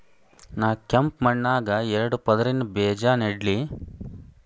ನಾ ಕೆಂಪ್ ಮಣ್ಣಾಗ ಎರಡು ಪದರಿನ ಬೇಜಾ ನೆಡ್ಲಿ?